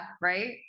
right